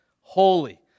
holy